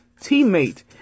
teammate